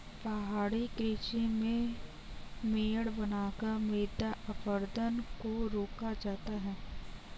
पहाड़ी कृषि में मेड़ बनाकर मृदा अपरदन को रोका जाता है